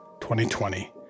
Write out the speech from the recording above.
2020